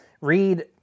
Read